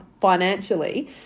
financially